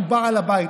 הוא בעל הבית.